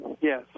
Yes